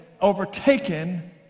overtaken